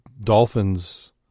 dolphins